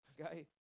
Okay